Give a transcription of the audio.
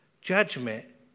judgment